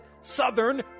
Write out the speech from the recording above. Southern